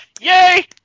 yay